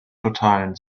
totalen